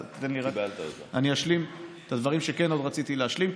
אז אני אשלים את הדברים שרציתי להשלים,